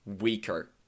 weaker